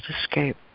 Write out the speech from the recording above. escape